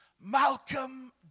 Malcolm